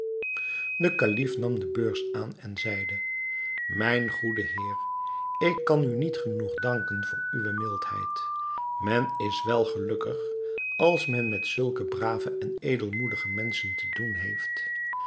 de kalif nam de beurs aan en zeide mijn goede heer ik kan u niet genoeg danken voor uwe mildheid men is wel gelukkig als men met zulke brave en edelmoedige menschen te doen heeft